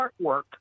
artwork